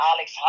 Alex